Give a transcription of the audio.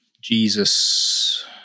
Jesus